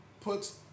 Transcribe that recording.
puts